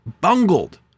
bungled